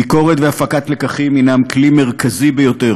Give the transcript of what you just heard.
ביקורת והפקת לקחים הן כלי מרכזי ביותר